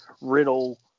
Riddle